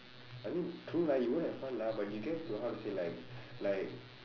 I mean true lah you won't have fun lah but you get to how to say like like